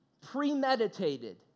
Premeditated